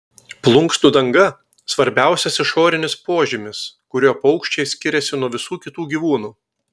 plunksnų danga svarbiausias išorinis požymis kuriuo paukščiai skiriasi nuo visų kitų gyvūnų